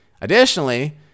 additionally